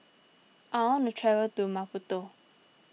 I want to travel to Maputo